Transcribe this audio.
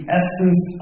essence